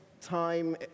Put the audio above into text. Time